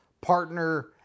partner